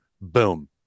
boom